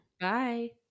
Bye